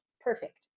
Perfect